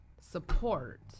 support